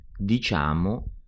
diciamo